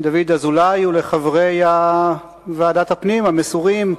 דוד אזולאי ולחברי ועדת הפנים המסורים,